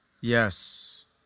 Yes